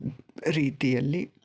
ರೀತಿಯಲ್ಲಿ